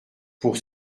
pour